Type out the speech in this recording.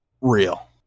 real